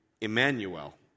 Emmanuel